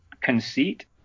conceit